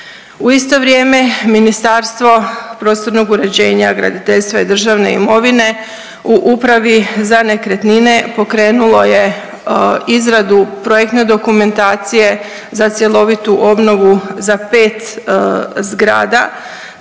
U isto vrijeme Ministarstvo prostornog uređenja, graditeljstva i državne imovine u Upravi za nekretnine pokrenulo je izradu projektne dokumentacije za cjelovitu obnovu za pet zgrada.